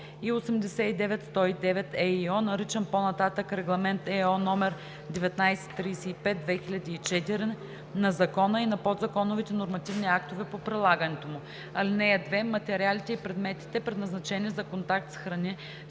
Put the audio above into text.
и 89/109/ЕИО, наричан по-нататък „Регламент (ЕО) № 1935/2004“, на закона и на подзаконовите нормативни актове по прилагането му. (2) Материалите и предметите, предназначени за контакт с храни,